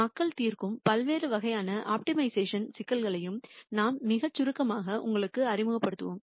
மக்கள் தீர்க்கும் பல்வேறு வகையான ஆப்டிமைசேஷன் சிக்கல்களையும் நாம் மிகச் சுருக்கமாக உங்களுக்கு அறிமுகப்படுத்துவோம்